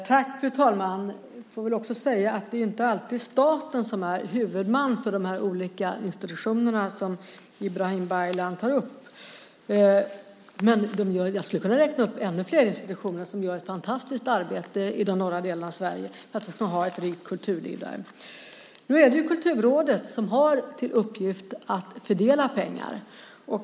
Fru talman! Jag får väl också säga att det inte alltid är staten som är huvudman för de olika institutioner som Ibrahim Baylan tar upp. Men jag skulle kunna räkna upp ännu fler institutioner som gör ett fantastiskt arbete i de norra delarna av Sverige för att vi ska kunna ha ett rikt kulturliv där. Nu är det ju Kulturrådet som har till uppgift att fördela pengar.